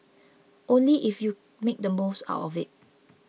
only if you make the most of it